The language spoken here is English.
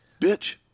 Bitch